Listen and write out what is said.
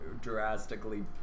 drastically